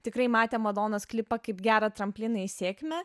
tikrai matė madonos klipą kaip gerą trampliną į sėkmę